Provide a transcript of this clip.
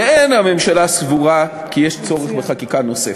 ואין הממשלה סבורה כי יש צורך בחקיקה נוספת.